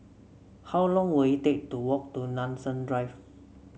how long will it take to walk to Nanson Drive